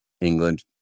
England